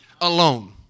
alone